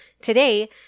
today